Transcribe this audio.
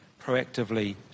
proactively